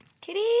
Kitty